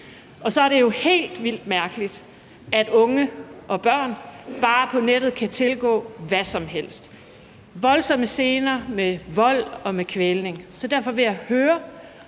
og så er det jo helt vildt mærkeligt, at børn og unge på nettet bare kan tilgå hvad som helst, voldsomme scener med vold og med kvælning. Vi har i SF klart